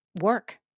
work